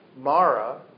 Mara